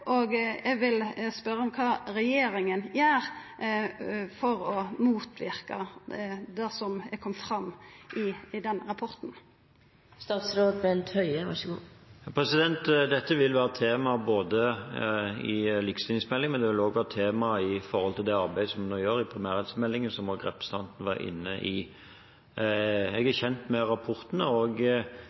og eg vil spørja om kva regjeringa gjer for å motverka det som har kome fram i rapporten. Dette vil være tema både i likestillingsmeldingen og med tanke på det arbeidet vi nå gjør i primærhelsemeldingen, som representanten også var inne på. Jeg er kjent med rapporten og